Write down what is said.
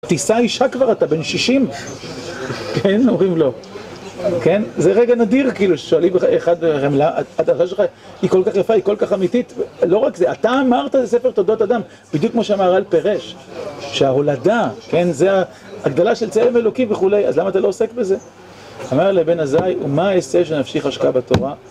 תישא אישה כבר, אתה בן שישים! כן? אומרים לו, כן? זה רגע נדיר. כאילו, שואלים אחד, רמלה, התורה שלך היא כל כך יפה, היא כל כך אמיתית. לא רק זה, אתה אמרת "זה ספר תולדות אדם", בדיוק כמו שהמהר"ל פירש, שההולדה, כן? זה הגדלה של צלם אלוקי וכולי, אז למה אתה לא עוסק בזה? אמר לבן עזאי, "ומה אעשה שנפשי חשקה בתורה?"